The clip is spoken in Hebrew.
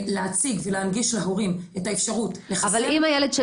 להציג ולהנגיש להורים את האפשרות לחסן -- אבל אם הילד שלי